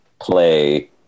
play